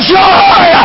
joy